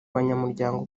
banyamuryango